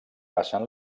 passen